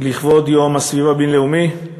לכבוד יום הסביבה הבין-לאומי.